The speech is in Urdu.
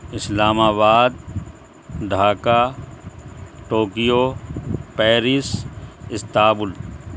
اسلام آباد ڈھاکہ ٹوکیو پیرس استانبول